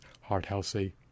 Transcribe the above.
heart-healthy